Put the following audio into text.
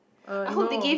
uh no